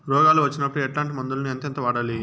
రోగాలు వచ్చినప్పుడు ఎట్లాంటి మందులను ఎంతెంత వాడాలి?